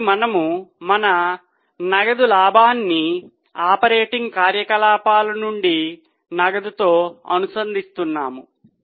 కాబట్టి మనము మన నగదు లాభాన్ని ఆపరేటింగ్ కార్యకలాపాల నుండి నగదుతో అనుసంధానిస్తున్నాము